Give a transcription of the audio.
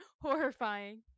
horrifying